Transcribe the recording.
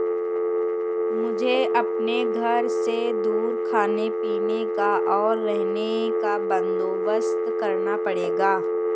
मुझे अपने घर से दूर खाने पीने का, और रहने का बंदोबस्त करना पड़ेगा